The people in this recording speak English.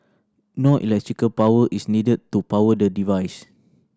no electrical power is needed to power the device